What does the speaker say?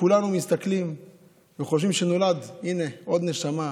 כולנו מסתכלים וחושבים שנולד, הינה, עוד נשמה.